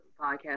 podcast